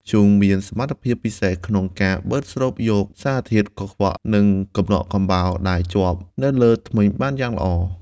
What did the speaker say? ធ្យូងមានសមត្ថភាពពិសេសក្នុងការបឺតស្រូបយកសារធាតុកខ្វក់ និងកំណកកំបោរដែលជាប់នៅលើធ្មេញបានយ៉ាងល្អ។